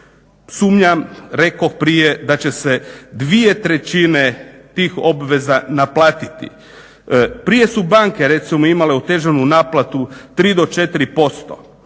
Sumnjam, rekoh prije da će se dvije trećine tih obveza naplatiti. Prije su banke recimo imale otežanu naplatu 3 do 4%,